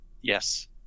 Yes